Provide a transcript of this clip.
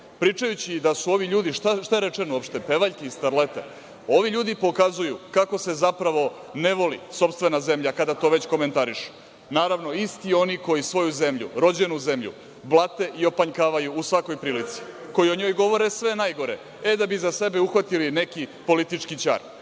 Pričajući da su ovi ljudi, šta je rečeno uopšte, pevaljke i starlete, ovi ljudi pokazuju kako se zapravo ne voli sopstvena zemlja kada to već komentarišu. Naravno, isti oni koji svoju zemlju, rođenu zemlju, blate i opanjkavaju u svakoj prilici, koji o njoj govore sve najgore, e da bi za sebe uhvatili neki politički ćar. Ne